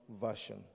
Version